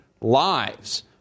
lives